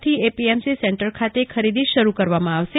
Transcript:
થી APMC centre ખાતે ખરીદી શરૂ કરવામાં આવશે